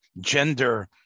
gender